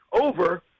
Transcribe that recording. over